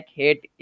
hate